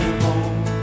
home